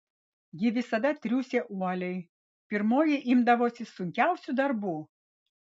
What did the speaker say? ji visada triūsė uoliai pirmoji imdavosi sunkiausių darbų